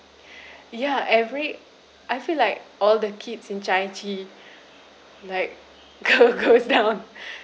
ya every I feel like all the kids in chai chee like go go down